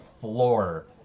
floor